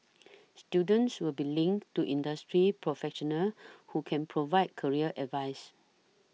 students will be linked to industry professionals who can provide career advice